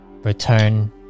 return